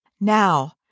Now